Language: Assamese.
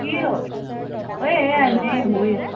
কি হ'ল এ এনেই শুই আছোঁ